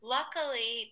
Luckily